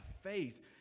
faith